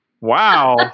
Wow